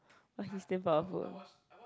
but he still powerful